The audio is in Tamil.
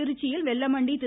திருச்சியில் வெல்லமண்டி திரு